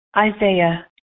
Isaiah